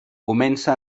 comença